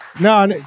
no